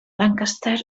lancaster